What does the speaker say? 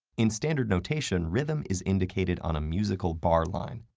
in standard notation, rhythm is indicated on a musical bar line,